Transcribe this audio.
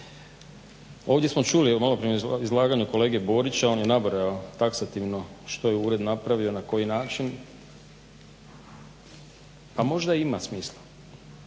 Ovdje smo čuli, evo malo prije u izlaganju kolege Borića. On je nabrojao taksativno što je ured napravio, na koji način, pa možda ima smisla.